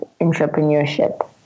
entrepreneurship